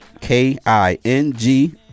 K-I-N-G